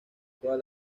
todas